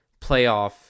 playoff